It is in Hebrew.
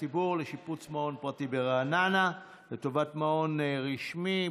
ציבור לשיפוץ מעון פרטי ברעננה לטובת מעון רשמי,